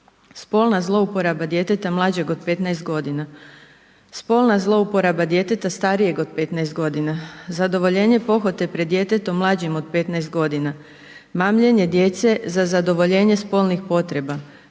Spolna zlouporaba djeteta mlađeg od 15 g., spolna zlouporaba djeteta starijeg od 15 g., zadovoljenje pohote pred djetetom mlađim od 15 g., mamljenje djece za zadovoljenje spolnih potreba,